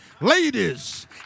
ladies